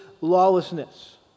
lawlessness